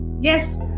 Yes